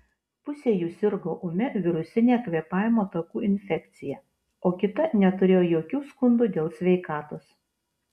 pusė jų sirgo ūmia virusine kvėpavimo takų infekcija o kita neturėjo jokių skundų dėl sveikatos